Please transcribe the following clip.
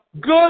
good